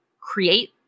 create